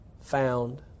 found